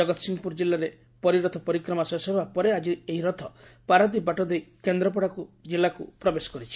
ଜଗତସିଂହପୁର ଜିଲ୍ଲାରେ ପରୀ ରଥ ପରିକ୍ରମା ଶେଷ ହେବା ପରେ ଆକି ଏହି ରଥ ପାରଦୀପ ବାଟ ଦେଇ କେନ୍ଦ୍ରାପଡାକୁ ଜିଲ୍ଲାକୁ ପ୍ରବେଶ କରିଛି